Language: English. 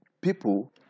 people